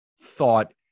thought